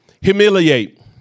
Humiliate